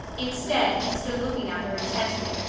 instead he stood looking at her intently.